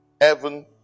heaven